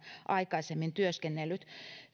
aikaisemmin työskennellytkään